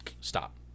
stop